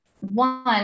one